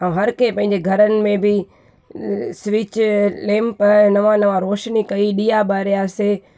ऐं हर कंहिं पंहिंजे घरनि में बि स्विच लेंप नवां नवां रोशनी कई ॾीया ॿारियासीं